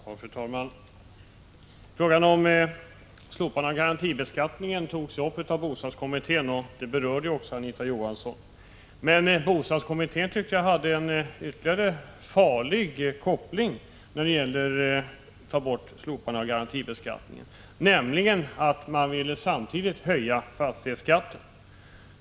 Fru talman! Frågan om slopandet av garantibeskattningen togs upp av bostadskommittén, och det berörde också Anita Johansson. Men bostadskommittén hade en farlig koppling i det avseendet. Man ville nämligen samtidigt höja fastighetsskatten.